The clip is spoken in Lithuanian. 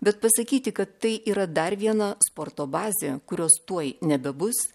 bet pasakyti kad tai yra dar viena sporto bazė kurios tuoj nebebus